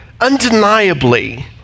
undeniably